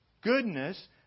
goodness